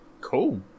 Cool